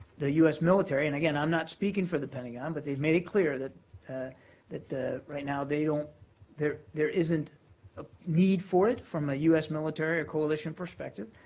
the u s. military and again, i'm not speaking for the pentagon, but they've made it clear that that right now they don't there there isn't a need for it from a u s. military or coalition perspective,